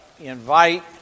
invite